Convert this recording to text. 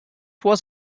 was